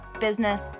business